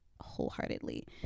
wholeheartedly